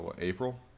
April